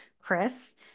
Chris